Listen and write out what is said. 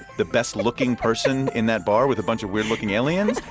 the best-looking person in that bar with a bunch of weird-looking aliens,